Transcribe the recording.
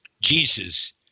Jesus